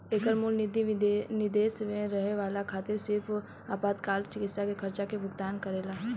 एकर मूल निति विदेश में रहे वाला खातिर सिर्फ आपातकाल चिकित्सा के खर्चा के भुगतान करेला